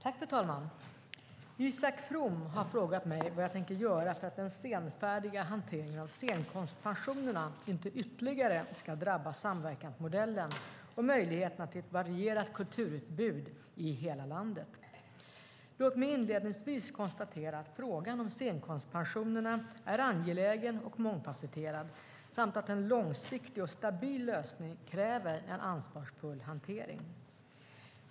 Fru talman! Isak From har frågat mig vad jag tänker göra för att den senfärdiga hanteringen av scenkonstpensionerna inte ytterligare ska drabba samverkansmodellen och möjligheterna till ett varierat kulturutbud i hela landet. Låt mig inledningsvis konstatera att frågan om scenkonstpensionerna är angelägen och mångfasetterad samt att en långsiktig och stabil lösning kräver en ansvarsfull hantering.